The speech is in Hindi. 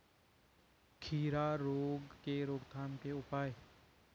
खीरा रोग के रोकथाम के उपाय?